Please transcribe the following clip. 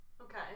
Okay